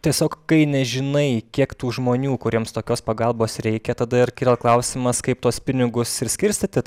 tiesiog kai nežinai kiek tų žmonių kuriems tokios pagalbos reikia tada ir kyla klausimas kaip tuos pinigus ir skirstyti